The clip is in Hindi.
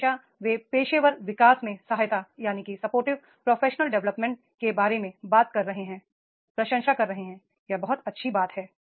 हमेशा वे सपोर्ट प्रोफेशनल डेवलपमेंट बारे में बात कर रहे हैं प्रशंसा कर रहे हैं यह बहुत अच्छी बात है